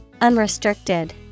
Unrestricted